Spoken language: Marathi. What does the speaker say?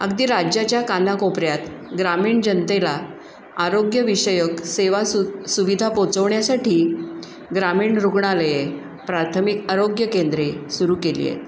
अगदी राज्याच्या कानाकोपऱ्यात ग्रामीण जनतेला आरोग्यविषयक सेवा सु सुविधा पोचवण्यासाठी ग्रामीण रुग्णालये प्राथमिक आरोग्य केंद्रे सुरू केली आहेत